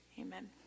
Amen